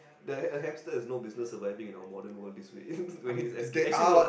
the a hamster has no business surviving in our modern world this way when he escapes actually no lah